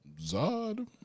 Zod